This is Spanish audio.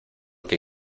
que